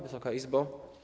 Wysoka Izbo!